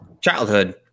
childhood